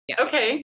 Okay